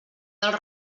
dels